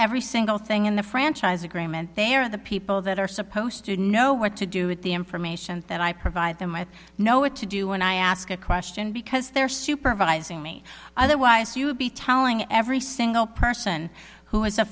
every single thing in the franchise agreement they are the people that are supposed to know what to do with the information that i provide them i know what to do and i ask a question because they're supervising me otherwise you would be telling every single person who is a